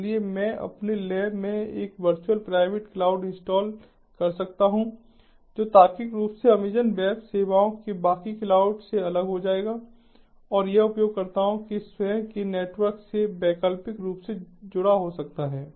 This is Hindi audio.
इसलिए मैं अपने लैब में एक वर्चुअल प्राइवेट क्लाउड इंस्टॉल कर सकता हूं जो तार्किक रूप से अमेज़ॅन वेब सेवाओं के बाकी क्लाउड से अलग हो जाएगा और यह उपयोगकर्ताओं के स्वयं के नेटवर्क से वैकल्पिक रूप से जुड़ा हो सकता है